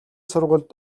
сургуульд